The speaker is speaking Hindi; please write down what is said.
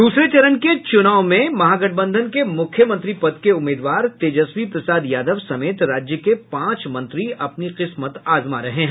दूसरे चरण के चुनाव में महागठबंधन के मुख्यमंत्री पद के उम्मीदवार तेजस्वी प्रसाद यादव समेत राज्य के पांच मंत्री अपनी किस्मत आजमा रहे हैं